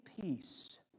peace